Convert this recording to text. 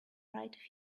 write